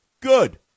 good